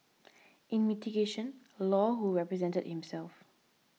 in mitigation Law who represented himself